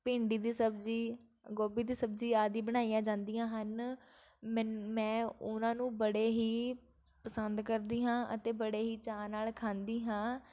ਭਿੰਡੀ ਦੀ ਸਬਜ਼ੀ ਗੋਭੀ ਦੀ ਸਬਜ਼ੀ ਆਦੀ ਬਣਾਈਆਂ ਜਾਂਦੀਆਂ ਹਨ ਮਨ ਮੈਂ ਉਹਨਾਂ ਨੂੰ ਬੜੇ ਹੀ ਪਸੰਦ ਕਰਦੀ ਹਾਂ ਅਤੇ ਬੜੇ ਹੀ ਚਾਅ ਨਾਲ ਖਾਂਦੀ ਹਾਂ